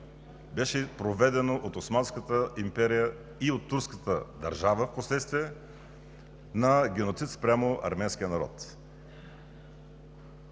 беше проведен от Османската империя и от турската държава впоследствие геноцид спрямо арменския народ.